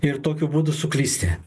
ir tokiu būdu suklysti